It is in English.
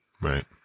Right